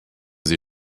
sie